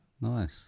Nice